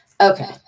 Okay